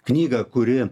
knygą kuri